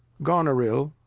goneril,